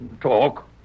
Talk